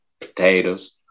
potatoes